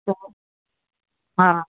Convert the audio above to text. पोइ हा